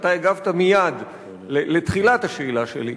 שאתה הגבת מייד על תחילת השאלה שלי,